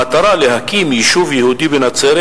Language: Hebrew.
המטרה: להקים יישוב יהודי בנצרת.